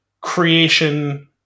creation